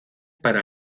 para